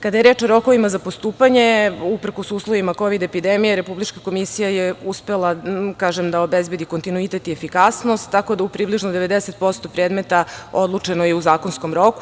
Kada je reč o rokovima za postupanje, uprkos uslovima kovid epidemije, Republička komisija je uspela, kažem, da obezbedi kontinuitet i efikasnost, tako da u približno 90% predmeta odlučeno je u zakonskom roku.